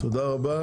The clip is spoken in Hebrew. תודה רבה.